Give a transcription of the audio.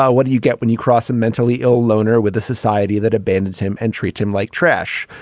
ah what do you get when you cross a mentally ill loner with a society that abandons him and treats him like trash.